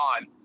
on